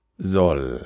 soll